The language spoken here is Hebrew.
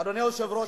אדוני היושב-ראש,